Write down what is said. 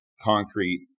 concrete